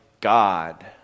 God